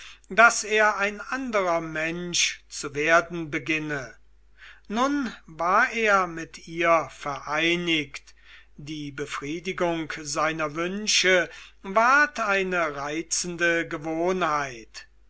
daß er ein anderer mensch zu werden beginne nun war er mit ihr vereinigt die befriedigung seiner wünsche ward eine reizende gewohnheit